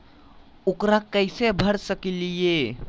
ऊकरा कैसे भर सकीले?